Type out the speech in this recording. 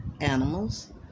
animals